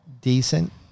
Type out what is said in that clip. decent